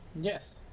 Yes